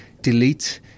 delete